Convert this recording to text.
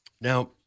Now